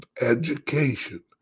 education